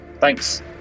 thanks